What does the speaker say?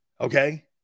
okay